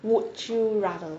would you rather